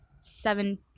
Seven